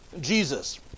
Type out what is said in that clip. Jesus